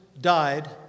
died